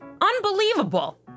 Unbelievable